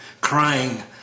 crying